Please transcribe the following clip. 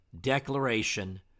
declaration